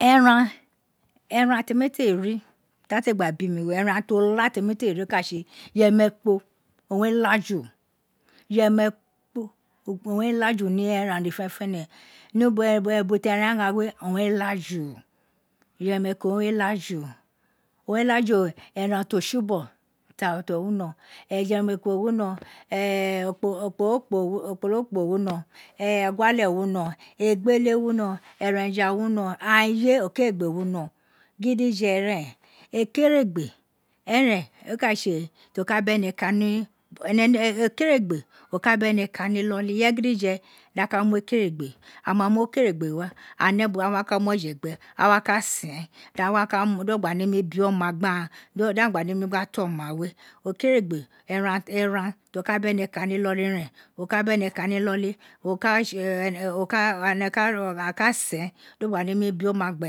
Eran eren temi te n ta te gba bi mi we eran ti o la temi teri o ka tse iyemenka, owun re laju iyemariko owun re lafu ni eru dede fenefene, ni ubo ta eran gha dede fenefene owun re laju iyemen ko re laju, owun re laju eran ti o tsibogho ti o wi no wino okporokpo wino eguale wino egbele wino eren fa wino, aghan ye ekeregbe eren o ka tse ti o ka bene kani, ene ekeregbe oka bene kani iloli irefe gidije da ka mu ekeregbe ama nu ekeregbe wa, aghan ne bo aghan wa ka mu oje gbe aghan wa ku sen then a wa do gba remi bi oma gbe aghan daghan gba nemi ka ta oma we ekereghe eran ti o ka behe kani iloli rien, o ta bene kani iloli o ka tse a ka sen do gba remi bi oma gbe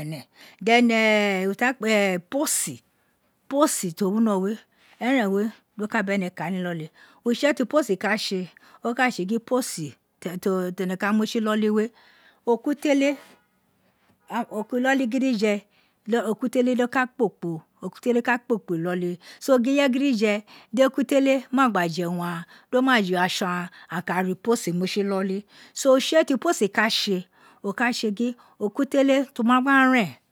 ene. Then uran ta kpe iposi, iposi ti o wino we, eren we doka bene kani iloli, utse, ti iposi ka tse o ka tse gin iposi tene ka mu tsi ni iloli we, ekutele do ka kpokpo egutele do ka kpokpo iloli so ineye gidije di ekutele ma gba je urun aghan, do ma je atso aghan aghan ka ra iposi mu tsi ildi so utse ti iposi ka tse, oka tse gin okputele to gin o wa ren